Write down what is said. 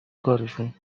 کارشون